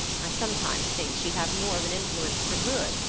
i sometimes think she'd have more of an influence for good,